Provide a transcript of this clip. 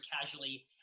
casually